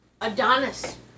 Adonis